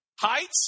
Heights